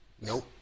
nope